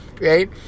right